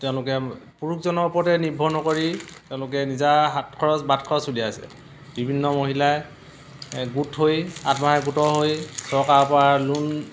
তেওঁলোকে পুৰুষজনৰ ওপৰতে নিৰ্ভৰ নকৰি তেওঁলোকে নিজা হাত খৰচ বাট খৰচ উলিয়াইছে বিভিন্ন মহিলাই গোট হৈ আত্মসহায়ক গোটৰ হৈ চৰকাৰৰ পৰা লোন